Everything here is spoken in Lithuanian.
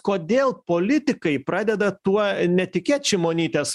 kodėl politikai pradeda tuo netikėt šimonytės